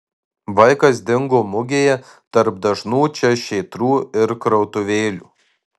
vaikas dingo mugėje tarp dažnų čia šėtrų ir krautuvėlių